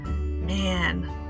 Man